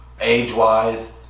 Age-wise